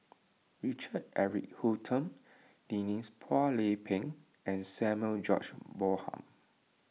Richard Eric Holttum Denise Phua Lay Peng and Samuel George Bonham